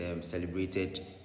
celebrated